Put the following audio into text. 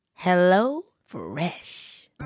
HelloFresh